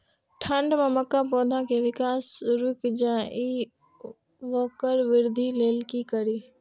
ठंढ में मक्का पौधा के विकास रूक जाय इ वोकर वृद्धि लेल कि करी?